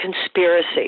conspiracy